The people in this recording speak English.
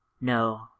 No